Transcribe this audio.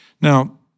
Now